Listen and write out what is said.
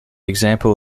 example